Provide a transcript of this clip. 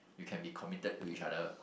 you can be to committed to each other